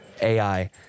AI